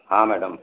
हाँ मैडम